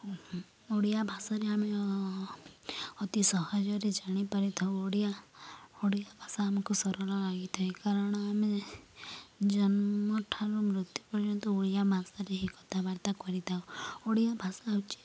ଓଡ଼ିଆ ଭାଷାରେ ଆମେ ଅତି ସହଜରେ ଜାଣିପାରିଥାଉ ଓଡ଼ିଆ ଓଡ଼ିଆ ଭାଷା ଆମକୁ ସରଳ ଲାଗିଥାଏ କାରଣ ଆମେ ଜନ୍ମଠାରୁ ମୃତ୍ୟୁ ପର୍ଯ୍ୟନ୍ତ ଓଡ଼ିଆ ଭାଷାରେ ହିଁ କଥାବାର୍ତ୍ତା କରିଥାଉ ଓଡ଼ିଆ ଭାଷା ହେଉଛି